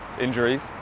injuries